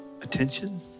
attention